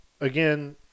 again